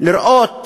לראות